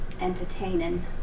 entertaining